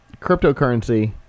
cryptocurrency